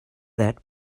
that